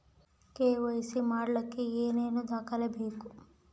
KYC ಮಾಡಲಿಕ್ಕೆ ಏನೇನು ದಾಖಲೆಬೇಕು?